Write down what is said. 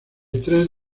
tres